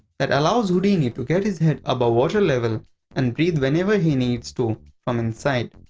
that allows houdini to get his head above water level and breathe whenever he needs to, from inside.